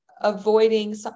avoiding